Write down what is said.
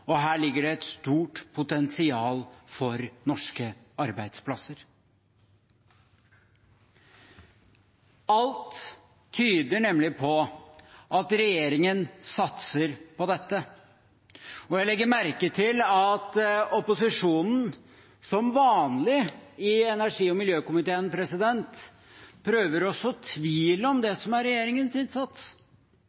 og her ligger det et stort potensial for norske arbeidsplasser. Alt tyder nemlig på at regjeringen satser på dette. Jeg legger merke til at opposisjonen – som vanlig i energi- og miljøkomiteen – prøver å så tvil om det